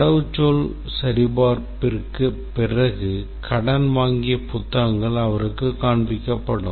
கடவுச்சொல் சரிபார்ப்பிற்குப் பிறகு கடன் வாங்கிய புத்தகங்கள் அவருக்கு காண்பிக்கப்படும்